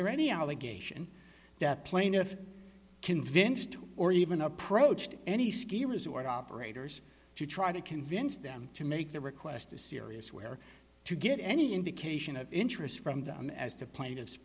there any allegation that plaintiff convinced or even approached any ski resort operators to try to convince them to make the request a serious where to get any indication of interest from them as to plaintiff